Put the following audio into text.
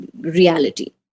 reality